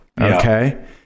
Okay